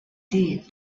did